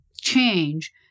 change